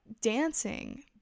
dancing